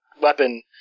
weapon